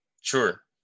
Sure